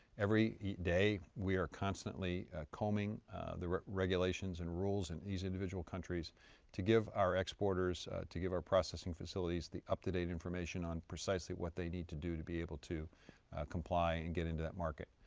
every day we are constantly combing the regulations and rules of these individual countries to give our exporters, to give our processing facilities the up-to-date information on precisely what they need to do to be able to comply and get into that market.